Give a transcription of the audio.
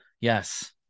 Yes